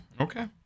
okay